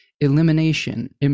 elimination